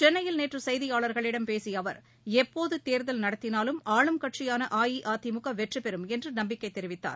சென்னையில் நேற்று செய்தியாளர்களிடம் பேசிய அவர் எப்போது தேர்தல் நடத்தினாலும் ஆளுங்கட்சியான அஇஅதிமுக வெற்றிபெறும் என்று நம்பிக்கை தெரிவித்தார்